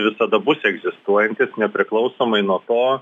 visada bus egzistuojantis nepriklausomai nuo to